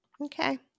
Okay